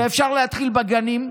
אפשר להתחיל בגנים.